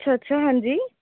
अच्छा अच्छा हां जी